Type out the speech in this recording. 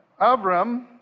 Avram